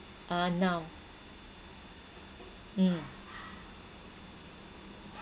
uh now mm